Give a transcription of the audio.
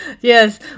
yes